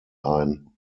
ein